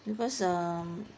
because um